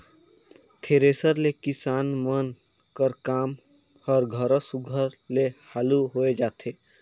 thresher ले किसान मन कर काम हर घलो सुग्घर ले हालु होए जाथे